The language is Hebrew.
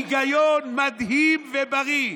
היגיון מדהים ובריא.